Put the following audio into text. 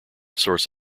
source